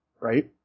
right